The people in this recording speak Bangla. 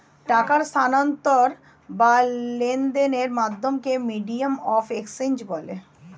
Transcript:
টাকার স্থানান্তর বা লেনদেনের মাধ্যমকে মিডিয়াম অফ এক্সচেঞ্জ বলে